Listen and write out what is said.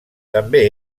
també